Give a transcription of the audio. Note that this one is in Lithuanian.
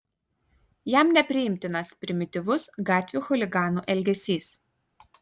jam nepriimtinas primityvus gatvių chuliganų elgesys